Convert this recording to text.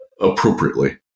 appropriately